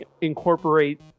incorporate